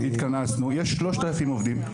התכנסנו, יש 3,000 עובדים.